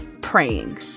praying